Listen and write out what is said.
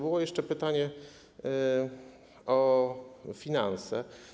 Było jeszcze pytanie o finanse.